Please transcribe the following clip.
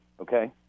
okay